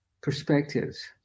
perspectives